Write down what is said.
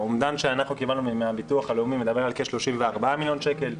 האומדן שאנחנו קיבלנו מהביטוח הלאומי מדבר על כ-34 מיליון שקלים.